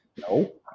No